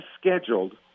scheduled